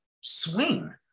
swing